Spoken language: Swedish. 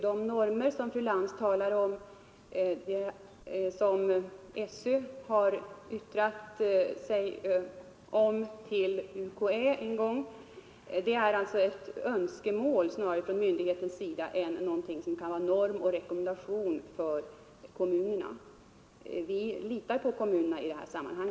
De normer som fru Lantz angav är hämtade ur ett yttrande som SÖ en gång avgav till UKÄ. Det är ett önskemål från myndighetens sida snarare än en norm och rekommendation för kommunerna. Vi litar på kommunerna i detta sammanhang.